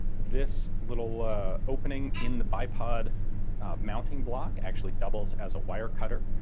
this little opening in the bipod mounting block actually doubles as a wire cutter.